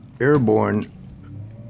airborne